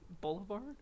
boulevard